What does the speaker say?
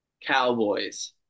Cowboys